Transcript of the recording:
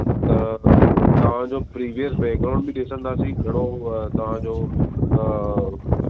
त तव्हां जो प्रिविअस बैकग्राउंड बि ॾिसंदासीं कहिड़ो उहो तव्हांजो